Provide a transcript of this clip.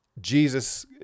Jesus